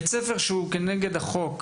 על פי משרד החינוך,